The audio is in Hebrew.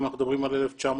אם אנחנו מדברים על 2030,